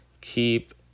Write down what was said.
Keep